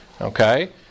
Okay